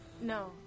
No